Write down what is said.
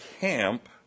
camp